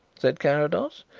said carrados.